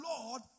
Lord